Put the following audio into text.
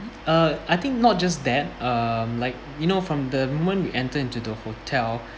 uh I think not just that um like you know from the moment we enter into the hotel